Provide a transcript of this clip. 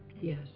yes